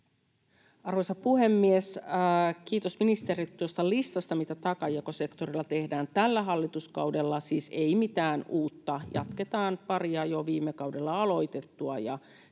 Arvoisa puhemies! Kiitos ministerille tuosta listasta, mitä taakanjakosektorilla tehdään tällä hallituskaudella — siis ei mitään uutta, jatketaan paria jo viime kaudella aloitettua,